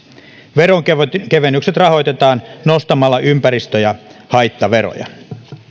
veronkevennykset rahoitetaan nostamalla ympäristö ja haittaveroja